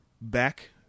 back